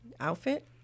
outfit